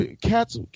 cats